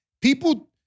people